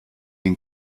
den